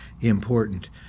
important